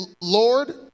Lord